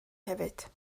hefyd